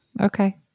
Okay